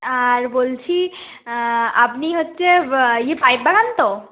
আর বলছি আপনি হচ্ছে ইয়ে পাইপ বানান তো